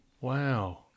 Wow